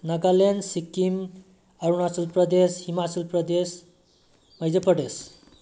Nagaland Sikkim Arunachal Pradesh Himachal Pradesh Madhya Pradesh